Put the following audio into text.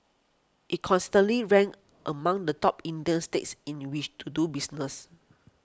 it consistently ranks among the top Indian states in which to do business